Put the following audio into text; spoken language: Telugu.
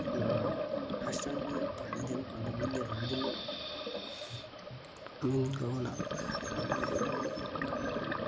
నా రాష్ట్రాన్ని పాలించిన కొంతమంది రాజులు మిన్ గౌణ ఆ రాజుల వాళ్ళు